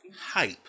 Hype